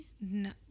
No